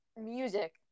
music